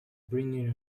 bringing